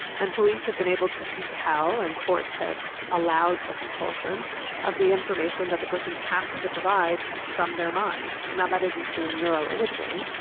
and police have been able to compel and courts have allowed the compulsion of the information that the person has to provide from their mind. and that isn't through neuroimaging,